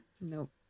Nope